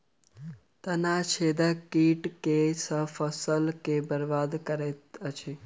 तना छेदक कीट केँ सँ फसल केँ बरबाद करैत अछि?